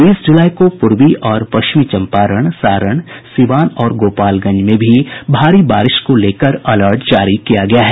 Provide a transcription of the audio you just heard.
बीस जुलाई को पूर्वी और पश्चिमी चंपारण सारण सीवान और गोपालगंज में भी भारी बारिश को लेकर अलर्ट जारी किया गया है